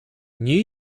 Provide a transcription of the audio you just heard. nie